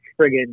friggin